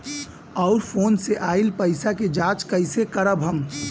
और फोन से आईल पैसा के जांच कैसे करब हम?